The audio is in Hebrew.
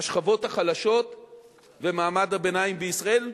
השכבות החלשות ומעמד הביניים בישראל,